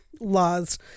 laws